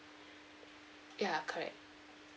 ya correct